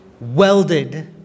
welded